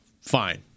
fine